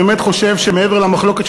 אני באמת חושב שמעבר למחלוקת,